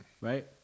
Right